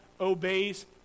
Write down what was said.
obeys